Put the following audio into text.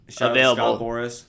available